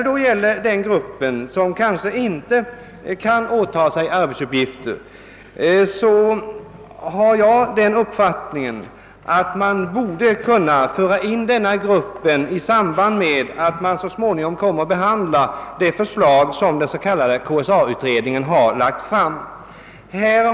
När det gäller den grupp som kanske inte kan åta sig arbetsuppgifter inom vårdyrket borde dess problem kunna aktualiseras när man så småningom skall ta ställning till det förslag som den s.k. KSA-utredningen har lagt fram.